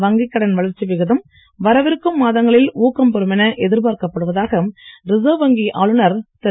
வங்கிக் கடன் வளர்ச்சி விகிதம் வரவிருக்கும் மாதங்களில் ஊக்கம் பெறும் என எதிர்பார்க்கப் படுவதாக ரிசர்வ் வங்கி ஆளுநர் திரு